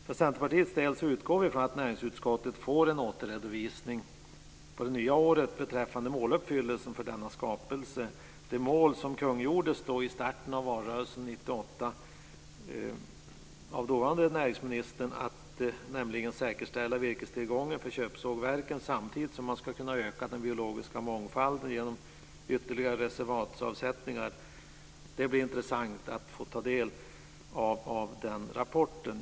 För Centerpartiets del utgår vi ifrån att Näringsutskottet får en återredovisning på det nya året beträffande måluppfyllelsen för denna skapelse. Det mål som kungjordes vid starten av valrörelsen 1998 av dåvarande näringsministern var att säkerställa virkestillgången för köpsågverken samtidigt som man ska kunna öka den biologiska mångfalden genom ytterligare reservatsavsättningar. Det blir intressant att ta del av den rapporten.